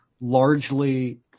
largely